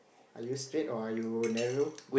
are you straight or are you narrow